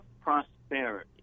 prosperity